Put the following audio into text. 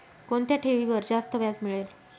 कोणत्या ठेवीवर जास्त व्याज मिळेल?